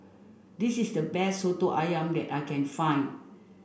this is the best Soto Ayam that I can find